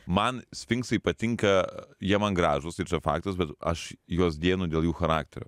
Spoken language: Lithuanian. man sfinksai patinka jie man gražūs tai čia faktas bet aš juos dievinu dėl jų charakterio